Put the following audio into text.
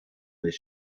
this